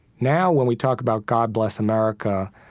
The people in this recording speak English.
now when we talk about god bless america,